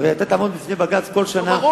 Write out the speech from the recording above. הרי אתה תעמוד לפני בג"ץ כל שנה,